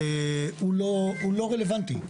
הוא לא רלוונטי.